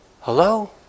Hello